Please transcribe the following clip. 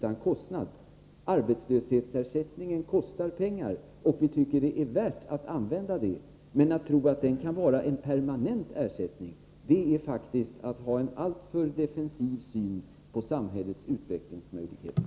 Arbetslöshetsersättningen kostar pengar, och vi tycker det är värt att anslå de pengarna. Men att tro att arbetslöshetsersättningen skall vara permanent är faktiskt att ha en alltför defensiv syn på samhällets utvecklingsmöjligheter.